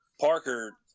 Parker